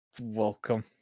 Welcome